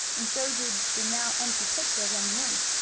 and so did the now empty pitcher of lemonade.